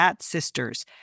Sisters